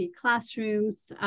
classrooms